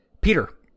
Peter